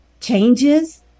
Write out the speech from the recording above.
changes